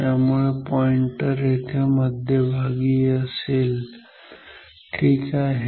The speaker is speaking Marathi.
त्यामुळे पॉईंटर येथे मध्यभागी असेल ठीक आहे